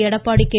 Edappadi K